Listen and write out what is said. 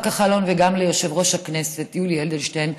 כחלון וגם ליושב-ראש הכנסת יולי אדלשטיין,